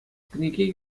кӗнеке